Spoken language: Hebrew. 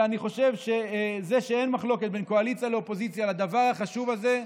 אני חושב שזה אין מחלוקת בין קואליציה לאופוזיציה על הדבר החשוב הזה,